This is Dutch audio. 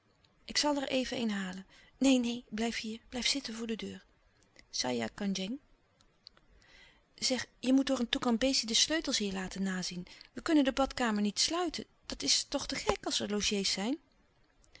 ik zal er even een halen neen neen blijf hier blijf zitten voor de deur aja andjeng eg je moet door een toean bezig de sleutels hier laten nazien we kunnen de badkamer niet sluiten dat is toch te gek als er logés zijn